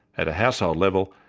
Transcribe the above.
at a household level,